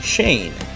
Shane